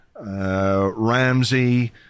Ramsey